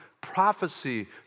prophecy